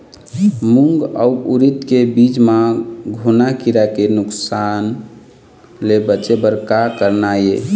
मूंग अउ उरीद के बीज म घुना किरा के नुकसान ले बचे बर का करना ये?